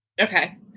Okay